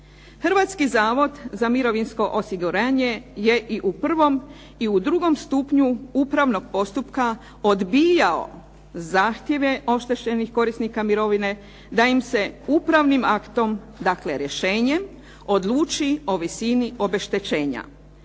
Hrvatski zavod za mirovinsko osiguranje je i u prvom i u drugom stupnju upravnog postupka odbijao zahtjeve oštećenih korisnika mirovine, da im se upravnim aktom, dakle rješenjem odluči o visini obeštećenja.